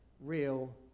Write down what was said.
real